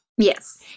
Yes